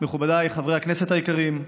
מכובדיי חברי הכנסת היקרים,